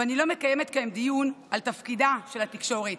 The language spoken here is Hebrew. ואני לא מקיימת כאן דיון על תפקידה של התקשורת,